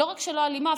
לא רק לא אלימה,